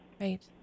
Right